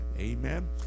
Amen